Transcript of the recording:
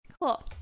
Cool